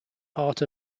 heart